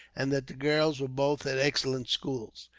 and that the girls were both at excellent schools.